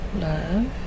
love